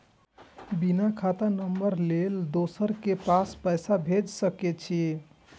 बिना खाता नंबर लेल दोसर के पास पैसा भेज सके छीए?